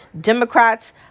Democrats